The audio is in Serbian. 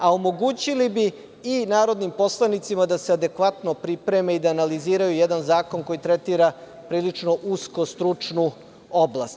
A omogućili bi i narodnim poslanicima da se adekvatno pripreme i da analiziraju jedan zakon koji tretira prilično usko stručnu oblast.